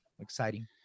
Exciting